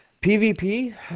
PvP